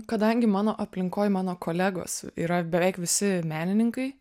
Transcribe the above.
kadangi mano aplinkoj mano kolegos yra beveik visi menininkai